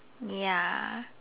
ya